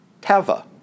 TAVA